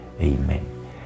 Amen